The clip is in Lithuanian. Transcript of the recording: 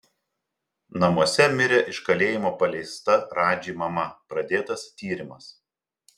namuose mirė iš kalėjimo paleista radži mama pradėtas tyrimas